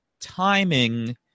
timing